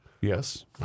Yes